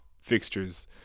fixtures